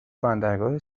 بندرگاه